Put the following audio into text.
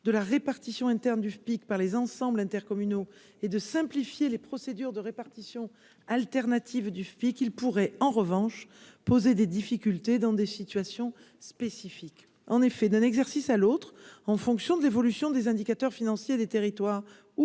de la répartition interne du FPIC par les ensembles intercommunaux et de simplifier les procédures de répartition alternative du fait qu'il pourrait en revanche poser des difficultés dans des situations spécifiques en effet d'un exercice à l'autre en fonction de l'évolution des indicateurs financiers des territoires